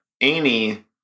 Amy